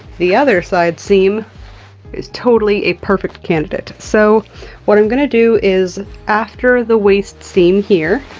the other side seam is totally a perfect candidate, so what i'm gonna do is after the waist seam here,